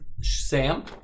Sam